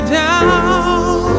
down